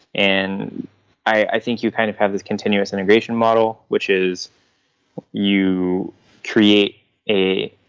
and i think you kind of have this continuous integration model, which is you create a